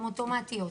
הן אוטומטיות,